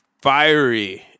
fiery